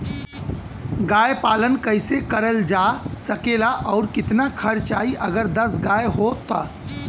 गाय पालन कइसे करल जा सकेला और कितना खर्च आई अगर दस गाय हो त?